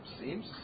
seems